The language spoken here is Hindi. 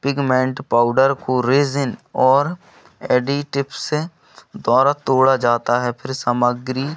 पिगमेंट पाउडर को रेजिन और एडीटिप्स द्वारा तोड़ा जाता है फिर सामग्री